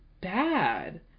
bad